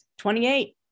28